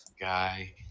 Guy